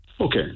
Okay